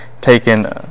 taken